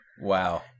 Wow